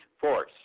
force